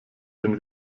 den